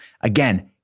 Again